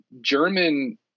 german